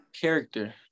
character